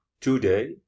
today